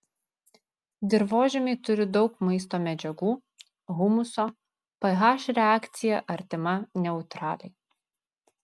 dirvožemiai turi daug maisto medžiagų humuso ph reakcija artima neutraliai